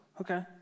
okay